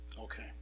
Okay